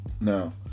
Now